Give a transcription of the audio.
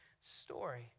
story